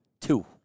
two